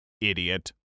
Idiot